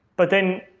but then